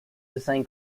design